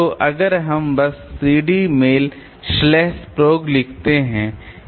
तो अगर हम बस cd मेल स्लैश प्रोग लिखते हैं